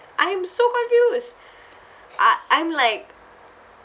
I'm so confused uh I'm like